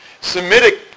Semitic